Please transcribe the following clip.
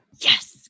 Yes